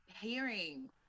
hearing